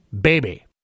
baby